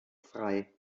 frei